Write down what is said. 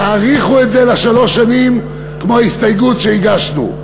תאריכו את זה בשלוש שנים, כמו בהסתייגות שהגשנו.